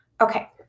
Okay